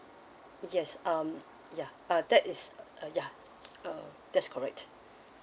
yes um ya uh that is uh ya uh that's correct